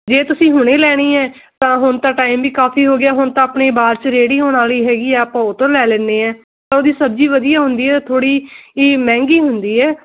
ਜੇ ਤੁਸੀਂ ਹੁਣ ਲੈਣੀ ਹੈ ਤਾਂ ਹੁਣ ਤਾਂ ਟਾਈਮ ਵੀ ਕਾਫ਼ੀ ਹੋ ਗਿਆ ਹੁਣ ਤਾਂ ਆਪਣੀ ਬਾਅਦ 'ਚ ਰੇਹੜੀ ਹੋਣ ਵਾਲੀ ਹੈਗੀ ਆ ਆਪਾਂ ਉਹ ਤੋਂ ਲੈ ਲੈਂਦੇ ਹਾਂ ਉਹਦੀ ਸਬਜ਼ੀ ਵਧੀਆ ਹੁੰਦੀ ਥੋੜ੍ਹੀ ਹੀ ਮਹਿੰਗੀ ਹੁੰਦੀ ਹੈ